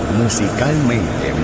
musicalmente